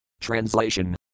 Translation